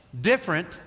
different